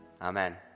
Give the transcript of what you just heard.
Amen